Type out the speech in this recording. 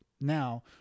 now